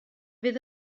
fydd